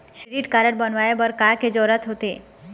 Credit card बनवाए बर का के जरूरत होते?